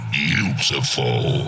beautiful